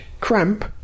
Cramp